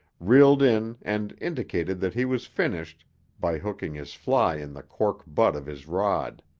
reeled in and indicated that he was finished by hooking his fly in the cork butt of his rod.